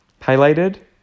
Highlighted